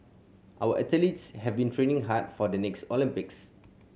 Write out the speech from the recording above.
our athletes have been training hard for the next Olympics